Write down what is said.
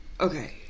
Okay